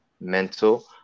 mental